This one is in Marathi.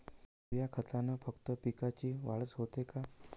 युरीया खतानं फक्त पिकाची वाढच होते का?